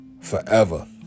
forever